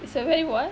it's a very what